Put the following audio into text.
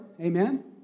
amen